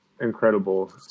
incredible